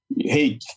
Hey